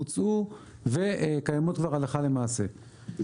בוצעו וקיימות כבר הלכה למעשה.